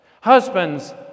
Husbands